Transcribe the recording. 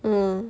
mm